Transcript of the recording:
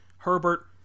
Herbert